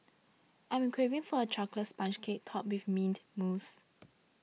I am craving for a Chocolate Sponge Cake Topped with Mint Mousse